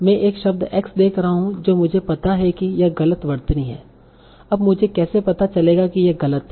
मैं एक शब्द x देख रहा हूं जो मुझे पता है कि यह गलत वर्तनी है अब मुझे कैसे पता चलेगा कि यह गलत है